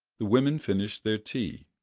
the women finished their tea,